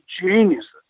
geniuses